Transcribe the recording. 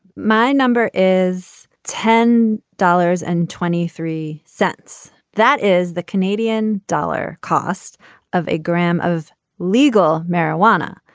my number is ten dollars and twenty three cents. that is the canadian dollar cost of a gram of legal marijuana.